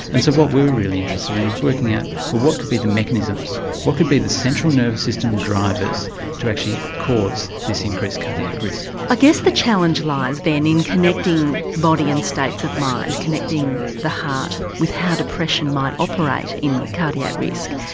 and so what we're really interesting in is working out but what could be the mechanisms, what could be the central nervous systems drivers to actually cause this increased cardiac risk. i guess the challenge lies, then, in connecting body and states of mind, connecting the heart with how depression might operate in cardiac risk.